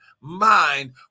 mind